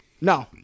No